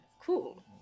cool